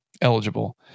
eligible